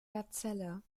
gazelle